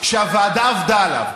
שהוועדה עבדה עליו,